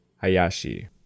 Hayashi